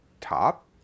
top